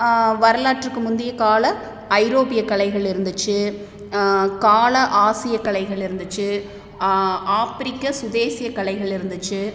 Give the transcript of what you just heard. வரலாற்றுக்கு முந்தைய கால ஐரோப்பிய கலைகள் இருந்துச்சு கால ஆசிய கலைகள் இருந்துச்சு ஆப்ரிக்க சுதேசிய கலைகள் இருந்துச்சு